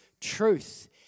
truth